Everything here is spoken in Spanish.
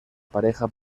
pareja